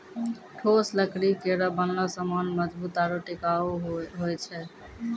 ठोस लकड़ी केरो बनलो सामान मजबूत आरु टिकाऊ होय छै